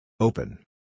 Open